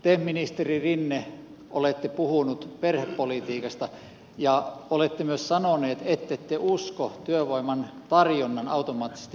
te ministeri rinne olette puhunut perhepolitiikasta ja olette myös sanonut ettette usko työvoiman tarjonnan automaattisesti parantavan työllisyyttä